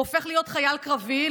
הוא הופך להיות חייל קרבי,